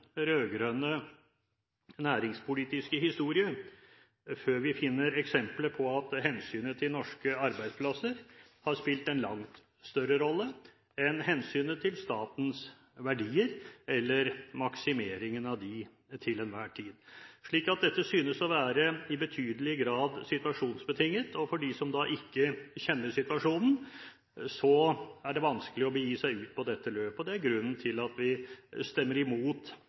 rød-grønne næringspolitiske historie før vi finner eksempler på at hensynet til norske arbeidsplasser har spilt en langt større rolle enn hensynet til statens verdier eller maksimeringen av dem til enhver tid. Så dette synes å være i betydelig grad situasjonsbetinget, og for dem som da ikke kjenner situasjonen, er det vanskelig å begi seg ut på dette løpet. Det er grunnen til at vi stemmer imot